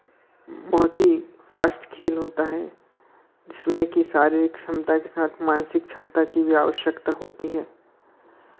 बहुत ही फ़ास्ट खेल होता है जिसमें कि शारीरिक क्षमता के साथ मानसिक क्षमता की भी आवश्यकता होती है